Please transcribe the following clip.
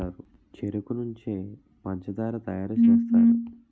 చెరుకు నుంచే పంచదార తయారు సేస్తారు